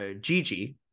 Gigi